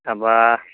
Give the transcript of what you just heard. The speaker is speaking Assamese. তাৰপৰা